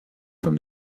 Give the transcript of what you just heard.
from